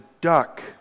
duck